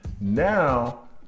now